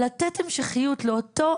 לתת המשכיות לאותו